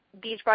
Beachbody